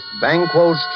Banquo's